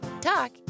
talk